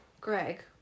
Greg